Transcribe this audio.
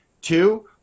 two